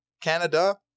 Canada